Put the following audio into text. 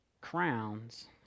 crowns